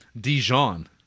Dijon